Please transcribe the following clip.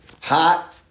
Hot